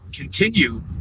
continue